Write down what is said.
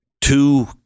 two